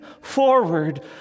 forward